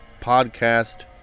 podcast